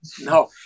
No